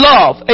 Love